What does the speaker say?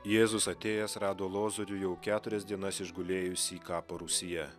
jėzus atėjęs rado lozorių jau keturias dienas išgulėjusį kapo rūsyje